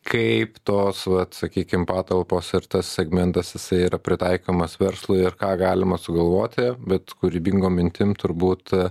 kaip tos vat sakykim patalpos ir tas segmentas jisai yra pritaikomas verslui ir ką galima sugalvoti bet kūrybingom mintim turbūt